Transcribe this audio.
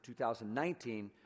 2019